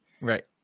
Right